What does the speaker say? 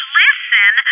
listen